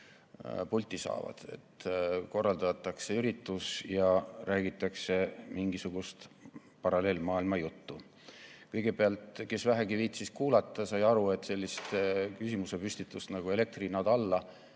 pulti saavad. Korraldatakse üritus ja räägitakse mingisugust paralleelmaailmajuttu. Kõigepealt, kes vähegi viitsis kuulata, sai aru, et sellist küsimuse püstitust nagu "Elektri hinnad alla"